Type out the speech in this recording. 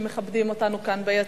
שמכבדים אותנו כאן ביציע.